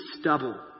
stubble